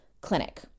clinic